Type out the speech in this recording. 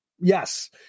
yes